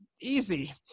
easy